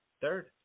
Third